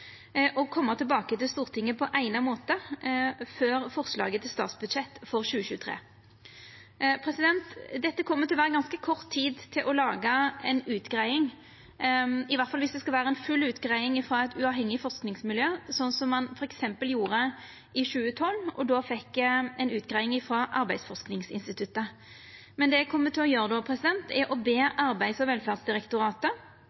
tilbake til Stortinget på eigna måte før forslaget til statsbudsjett for 2023. Dette kjem til å verta ganske kort tid til å gjera ei utgreiing, i alle fall viss det skal vera ei full utgreiing frå eit uavhengig forskingsmiljø, som ein f.eks. hadde i 2012, då ein fekk ei utgreiing frå Arbeidsforskningsinstituttet. Det eg då kjem til å gjera, er å